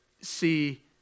see